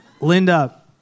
Linda